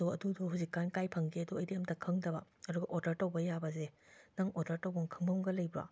ꯑꯗꯣ ꯑꯗꯨꯗꯣ ꯍꯧꯖꯤꯛꯀꯥꯟ ꯀꯥꯏ ꯐꯪꯒꯦꯗꯣ ꯑꯩꯗꯤ ꯑꯝꯇ ꯈꯪꯗꯕ ꯑꯗꯨꯒ ꯑꯣꯔꯗꯔ ꯇꯧꯕ ꯌꯥꯕꯖꯦ ꯅꯪ ꯑꯣꯗꯔ ꯇꯧꯕꯝ ꯈꯪꯕꯝꯒ ꯂꯩꯕ꯭ꯔꯣ